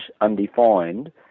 undefined